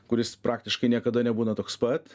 kuris praktiškai niekada nebūna toks pat